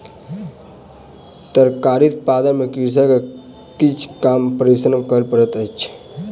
तरकारी उत्पादन में कृषक के किछ कम परिश्रम कर पड़ैत अछि